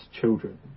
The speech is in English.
children